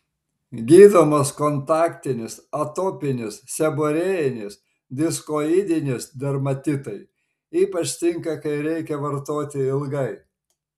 gydomas kontaktinis atopinis seborėjinis diskoidinis dermatitai ypač tinka kai reikia vartoti ilgai